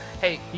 Hey